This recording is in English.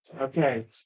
Okay